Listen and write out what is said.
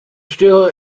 still